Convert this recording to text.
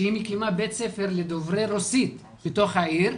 שהיא מקימה בית ספר לדוברי רוסית בתוך העיר.